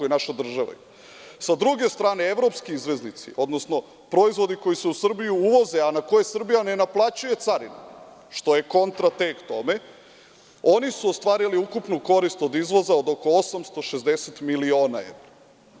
S druge strane, evropski izvoznici, odnosno proizvodi koji se u Srbiju uvoze, a na koje Srbija ne naplaćuje carinu, što je kontra tome, oni su ostvarili ukupnu korist od izvoza od oko 860 miliona evra.